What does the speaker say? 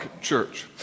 church